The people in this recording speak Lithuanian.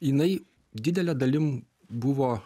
jinai didele dalim buvo